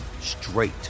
straight